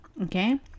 okay